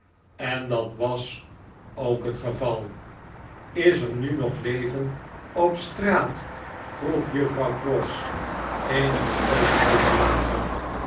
en dat was ook het geval is er nu nog leven op straat vroeg juffrouw pross eenige oogenblikken later